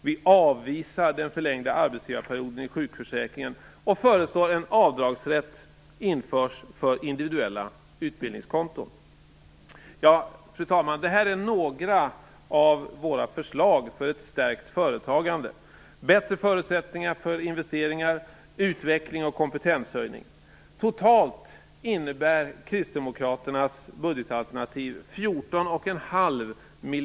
Vi avvisar den förlängda arbetsgivarperioden i sjukförsäkringen och föreslår att en avdragsrätt införs för individuella utbildningskonton. Fru talman! Det är några av våra förslag för ett stärkt företagande och för bättre förutsättningar för investeringar, utveckling och kompetenshöjning.